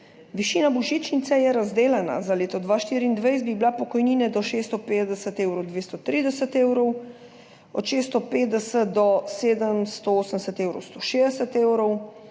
Višina božičnice je razdelana, za leto 2024 bi bila pri pokojnini do 650 evrov 230 evrov, od 650 do 780 evrov 160 evrov,